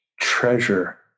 treasure